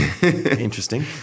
Interesting